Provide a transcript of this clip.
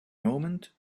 moment